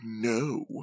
no